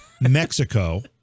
Mexico